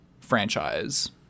franchise